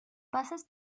pasas